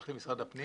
הולך למשרד הפנים.